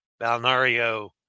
Balnario